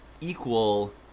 equal